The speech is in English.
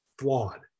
flawed